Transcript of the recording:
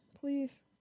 Please